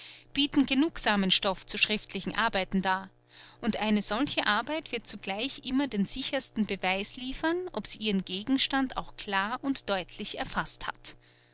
bieten genugsamen stoff zu schriftlichen arbeiten dar und eine solche arbeit wird zugleich immer den sichersten beweis liefern ob sie ihren gegenstand auch klar und deutlich erfaßt hat